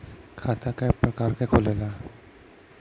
खाता क प्रकार के खुलेला?